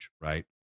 right